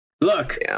look